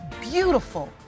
beautiful